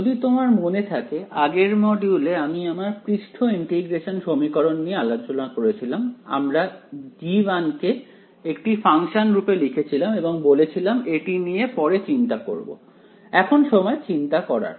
যদি তোমার মনে থাকে আগের মডিউলে আমি আমরা পৃষ্ঠ ইন্টিগ্রেশন সমীকরণ নিয়ে আলোচনা করেছিলাম আমরা g কে একটি ফাংশন রূপে লিখেছিলাম এবং বলেছিলাম এটি নিয়ে পরে চিন্তা করব এখন সময় চিন্তা করার